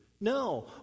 No